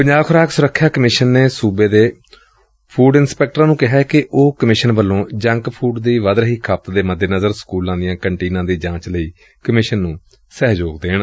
ਪੰਜਾਬ ਖੁਰਾਕ ਸੁਰੱਖਿਆ ਕਮਿਸ਼ਨ ਨੇ ਸੂਬੇ ਚ ਫੂਡ ਇੰਸਪੈਕਟਰਾਂ ਨੂੰ ਕਿਹੈ ਕਿ ਉਹ ਕਮਿਸ਼ਨ ਵੱਲੋਂ ਜੰਕ ਫੂਡ ਦੀ ਵਧ ਰਹੀ ਖਪਤ ਦੇ ਮੱਦੇਨਜ਼ਰ ਸਕੂਲਾਂ ਦੀਆਂ ਕੰਟੀਨਾਂ ਦੀ ਜਾਂਚ ਲਈ ਕਮਿਸ਼ਨ ਨੂੰ ਸਹਿਯੋਗ ਦੇਣ